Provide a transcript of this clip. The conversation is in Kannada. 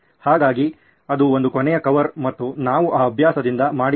ಹಾಗಾಗಿ ಅದು ಒಂದು ಕೊನೆಯ ಕವರ್ ಮತ್ತು ನಾವು ಈ ಅಭ್ಯಾಸದಿಂದ ಮಾಡಿದ್ದೇವೆ